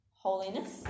Holiness